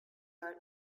are